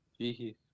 Jeez